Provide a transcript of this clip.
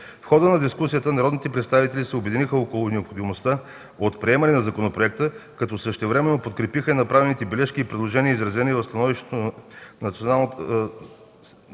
В хода на дискусията народните представители се обединиха около необходимостта от приемане на законопроекта, като същевременно подкрепиха и направените бележки и предложения, изразени в становището на Националното